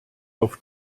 auf